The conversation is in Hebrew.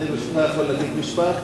אני יכול בשנייה להגיד משפט?